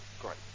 Great